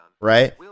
right